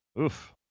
Oof